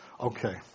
Okay